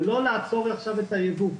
זה לא לעצור עכשיו הייבוא,